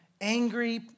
angry